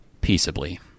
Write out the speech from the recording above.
Peaceably